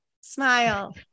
smile